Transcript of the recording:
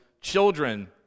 children